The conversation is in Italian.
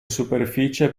superficie